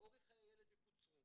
אורך חיי הילד יקוצרו.